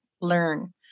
learn